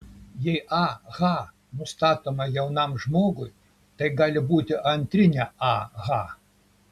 jei ah nustatoma jaunam žmogui tai gali būti antrinė ah